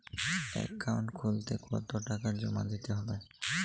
Account খুলতে কতো টাকা জমা দিতে হবে?